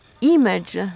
image